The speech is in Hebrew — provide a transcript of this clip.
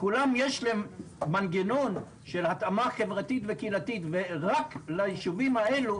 כולם יש להם מנגנון של התאמה חברתית וקהילתית ורק ליישובים האלה